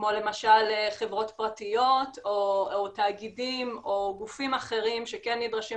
כמו למשל חברות פרטיות או תאגידים או גופים אחרים שכן נדרשים